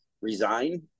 resign